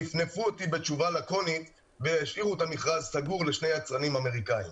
ניפנפו אותי בתשובה לקונית והשאירו את המכרז סגור לשני יצרנים אמריקאים.